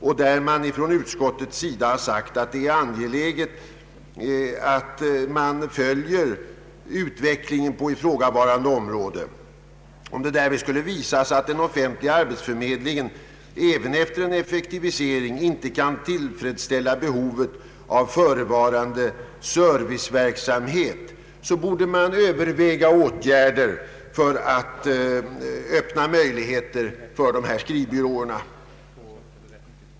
Utskottet anförde då att det var angeläget att följa utvecklingen på ifrågavarande område. Om det därvid skulle visa sig att den offentliga arbetsförmedlingen även efter en effektivisering inte kunde tillfredsställa behovet av förevarande serviceverksamhet borde man överväga åtgärder för att öppna möjligheter för dessa skrivbyråer.